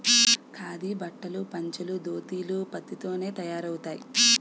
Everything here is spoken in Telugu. ఖాదీ బట్టలు పంచలు దోతీలు పత్తి తోనే తయారవుతాయి